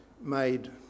made